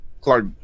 Clark